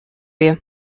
you